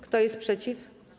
Kto jest przeciw?